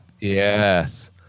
yes